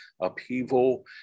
upheaval